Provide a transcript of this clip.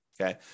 okay